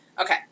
Okay